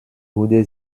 wurde